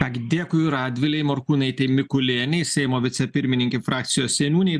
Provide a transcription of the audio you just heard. ką gi dėkui radvilei morkūnaitei mikulėnei seimo vicepirmininkei frakcijos seniūnei